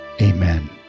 amen